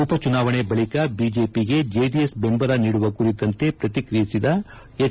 ಉಪಚುನಾವಣೆ ಬಳಿಕ ಬಿಜೆಪಿಗೆ ಜೆಡಿಎಸ್ ಬೆಂಬಲ ನೀಡುವ ಕುರಿತಂತೆ ಪ್ರತಿಕ್ರಿಯಿಸಿದ ಎಚ್